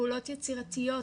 פעולות יצירתיות,